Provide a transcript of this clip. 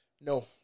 No